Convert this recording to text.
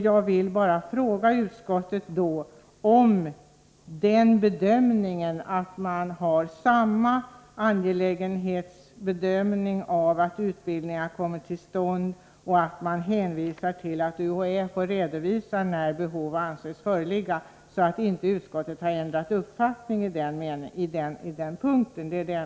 Jag vill bara fråga om utskottet nu gör samma bedömning när det gäller angelägenheten av att utbildningen kommer till stånd och om utskottet även nu vill hänvisa till att UHÄ får redovisa när behov av utbildningen kan anses föreligga. Min fråga gäller alltså om utskottet har ändrat uppfattning på den här punkten.